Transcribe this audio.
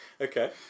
Okay